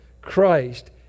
Christ